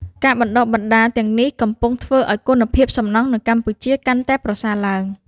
ការបណ្តុះបណ្តាលទាំងនេះកំពុងធ្វើឱ្យគុណភាពសំណង់នៅកម្ពុជាកាន់តែប្រសើរឡើង។